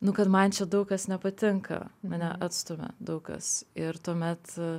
nu kad man čia daug kas nepatinka mane atstumia daug kas ir tuomet